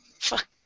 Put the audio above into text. fuck